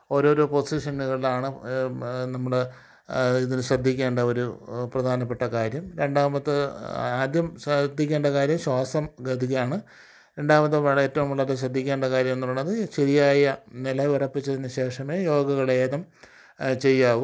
ഓരോ ഓരോ പൊസിഷനുകളിലാണ് നമ്മൾ ഇതിന് ശ്രദ്ധിക്കേണ്ട ഒരു പ്രധാനപ്പെട്ട കാര്യം രണ്ടാമത്തേത് ആദ്യം ശ്രദ്ധിക്കേണ്ട കാര്യം ശ്വാസം ഗതിയാണ് രണ്ടാമത്തേത് ഏറ്റവും ഇതിന് അകത്ത് ശ്രദ്ധിക്കേണ്ട കാര്യമെന്ന് പറയുന്നത് ശരിയായി നില ഉറപ്പിച്ചതിന് ശേഷമേ യോഗകൾ ഏതും ചെയ്യാവൂ